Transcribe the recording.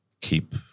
keep